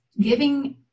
giving